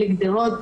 בלי גדרות,